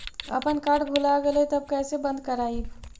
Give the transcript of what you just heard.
अपन कार्ड भुला गेलय तब कैसे बन्द कराइब?